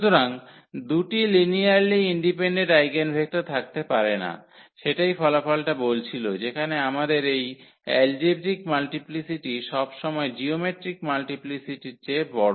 সুতরাং দুটি linearly independent eigenvector থাকতে পারে না সেটাই ফলাফলটা বলছিল যেখানে আমাদের এই এলজেব্রিক মাল্টিপ্লিসিটি সবসময় জিওমেট্রিক মাল্টিপ্লিসিটির চেয়ে বড়